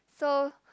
so